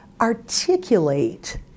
articulate